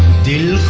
do